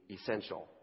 essential